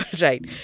right